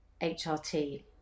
HRT